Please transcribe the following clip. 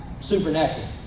supernatural